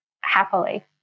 happily